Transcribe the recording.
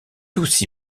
aussi